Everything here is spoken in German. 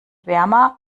wärmer